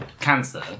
cancer